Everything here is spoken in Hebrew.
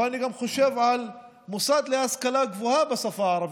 אבל אני חושב גם על מוסד להשכלה גבוהה בשפה הערבית,